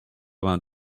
vingt